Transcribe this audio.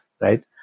right